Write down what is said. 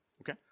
Okay